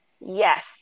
Yes